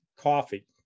coffee